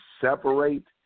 separate